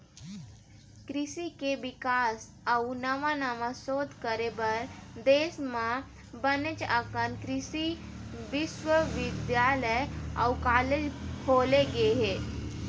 कृषि के बिकास अउ नवा नवा सोध करे बर देश म बनेच अकन कृषि बिस्वबिद्यालय अउ कॉलेज खोले गे हे